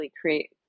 create